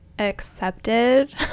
accepted